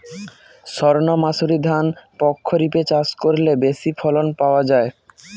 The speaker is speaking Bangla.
সর্ণমাসুরি ধান প্রক্ষরিপে চাষ করলে বেশি ফলন পাওয়া যায়?